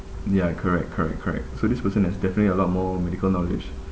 ya correct correct correct so this person has definitely a lot more medical knowledge